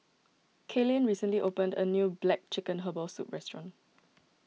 Kaelyn recently opened a new Black Chicken Herbal Soup restaurant